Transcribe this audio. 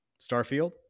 Starfield